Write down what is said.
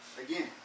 again